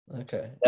Okay